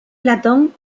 platón